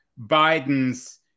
Biden's